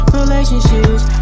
relationships